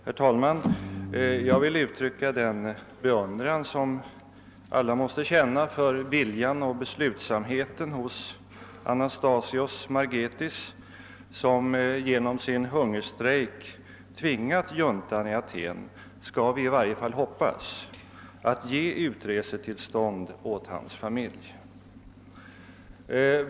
Herr talman! Jag vill uttrycka den beundran som alla måste känna för viljan och beslutsamheten hos Anastasios Margetis, som genom sin hungerstrejk tvingat juntan i Aten — kan vi i varje fall hoppas — att ge utresetillstånd åt hans familj.